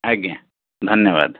ଆଜ୍ଞା ଧନ୍ୟବାଦ